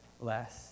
less